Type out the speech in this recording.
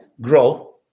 grow